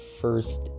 first